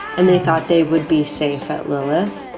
and they thought they would be safe, that lilith.